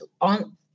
on